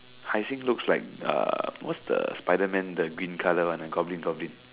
Hai-Sing looks like uh what's the spiderman the green colour one ah goblin goblin